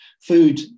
Food